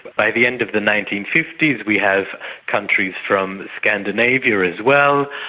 by the end of the nineteen fifty s we have countries from scandinavia as well.